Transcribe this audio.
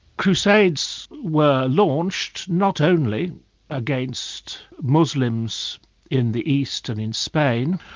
crusades were launched, not only against muslims in the east and in spain,